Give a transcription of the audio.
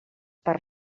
per